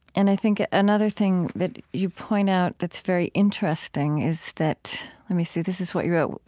and i think another thing that you point out that's very interesting is that let me see. this is what you wrote